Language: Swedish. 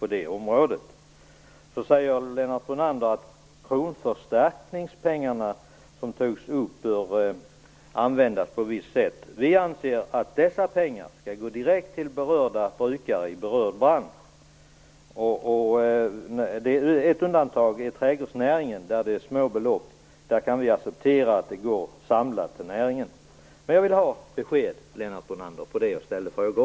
Vidare sade Lennart Brunander att kronförstärkningspengarna bör användas på ett visst sätt. Vi anser att dessa pengar skall gå direkt till brukare i berörda branscher. Ett undantag är trädgårdsnäringen där det rör sig om små belopp. I det fallet kan vi acceptera att pengarna går samlade till näringen. Jag vill ha ett besked, Lennart Brunander, på mina frågor.